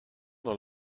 dans